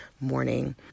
morning